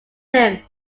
him